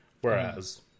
Whereas